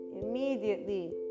immediately